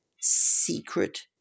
secret